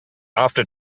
after